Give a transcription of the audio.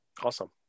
Awesome